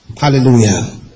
Hallelujah